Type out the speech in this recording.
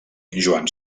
joan